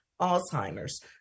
Alzheimer's